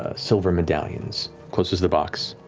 ah silver medallions, closes the box,